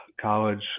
college